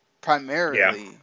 primarily